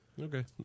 Okay